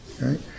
right